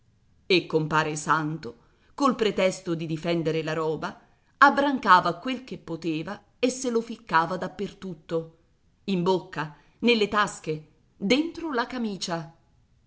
e compare santo col pretesto di difendere la roba abbrancava quel che poteva e se lo ficcava da per tutto in bocca nelle tasche dentro la camicia